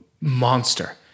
monster